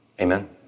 Amen